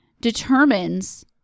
determines